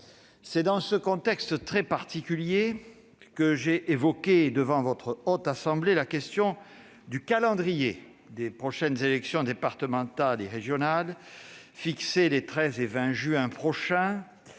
C'est dans ce contexte très particulier que j'ai évoqué devant la Haute Assemblée le calendrier des prochaines élections départementales et régionales, fixées les 13 et 20 juin prochain,